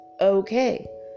Okay